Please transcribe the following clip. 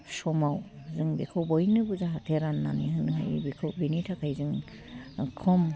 समाव जों बेखौ बयनोबो जाहाथे राननानै होनो हायो बेखौ बेनि थाखाय जों खम